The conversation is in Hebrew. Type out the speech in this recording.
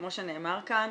כמו שנאמר כאן,